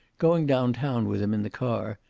going down-town with him in the car,